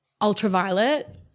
ultraviolet